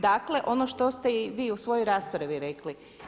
Dakle, ono što ste i vi u svojoj raspravi rekli.